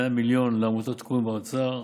100 מיליון לעמותות שתקועים באוצר: